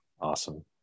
awesome